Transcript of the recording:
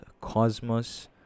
Cosmos